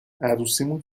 عروسیمون